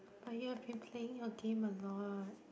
but you've been playing your game a lot